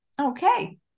Okay